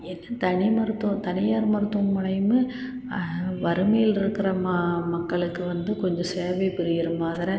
என்ன தனி மருத்துவ தனியார் மருத்துவமனையும் ஆ வறுமையில் இருக்கிற ம மக்களுக்கு வந்து கொஞ்சம் சேவை புரிகிற மாதிரி